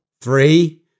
three